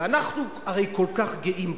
ואנחנו הרי כל כך גאים בזה.